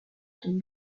can